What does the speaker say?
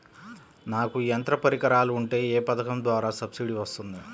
నాకు యంత్ర పరికరాలు ఉంటే ఏ పథకం ద్వారా సబ్సిడీ వస్తుంది?